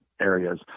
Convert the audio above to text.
areas